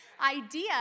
idea